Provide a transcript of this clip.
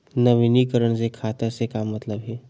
नवीनीकरण से खाता से का मतलब हे?